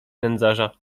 nędzarza